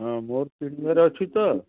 ହଁ ମୋର କିଣିବାରେ ଅଛି ତ